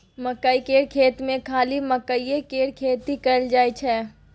मकई केर खेत मे खाली मकईए केर खेती कएल जाई छै